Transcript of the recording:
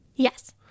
yes